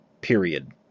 Period